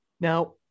now